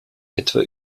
etwa